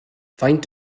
faint